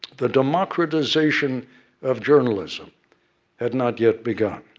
the democratization of journalism had not yet begun.